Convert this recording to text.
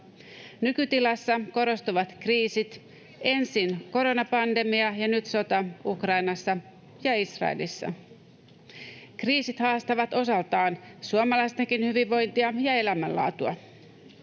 Nykytilassa korostuvat kriisit, ensin koronapandemia ja nyt sota Ukrainassa ja Israelissa. Kriisit haastavat osaltaan suomalaistenkin hyvinvointia ja elämänlaatua.